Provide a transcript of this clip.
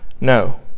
No